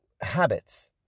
Habits